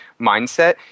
mindset